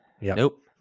Nope